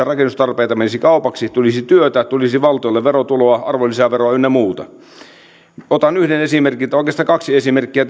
rakennustarpeita menisi kaupaksi tulisi työtä tulisi valtiolle verotuloa arvonlisäveroa ynnä muuta otan yhden esimerkin tai oikeastaan kaksi esimerkkiä